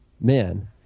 men